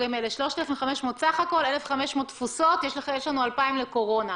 המסכה, ודאי ובוודאי